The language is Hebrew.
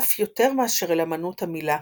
אף יותר מאשר אל אמנות המילה.